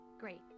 Great